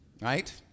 Right